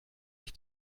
ich